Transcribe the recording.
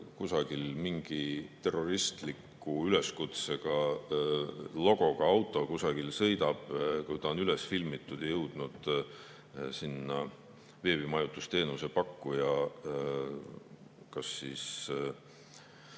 kusagil mingi terroristliku üleskutsega, logoga auto sõidab, kui see on üles filmitud ja jõudnud kuhugi veebimajutusteenuse pakkuja vestlustikku